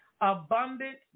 Abundant